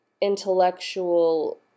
intellectual